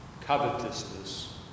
covetousness